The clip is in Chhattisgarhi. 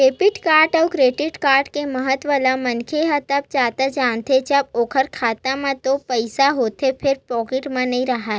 डेबिट कारड अउ क्रेडिट कारड के महत्ता ल मनखे ह तब जादा जानथे जब ओखर खाता म तो पइसा होथे फेर पाकिट म नइ राहय